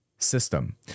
system